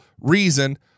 reason